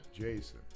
Jason